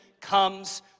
comes